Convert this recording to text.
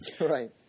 Right